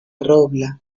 robla